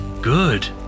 good